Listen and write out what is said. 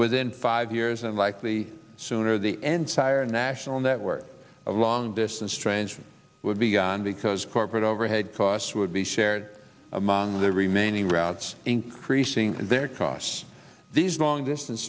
within five years and likely sooner the end sire national network of long distance trains would be gone because corporate overhead costs would be shared among the remaining routes increasing their costs these long distance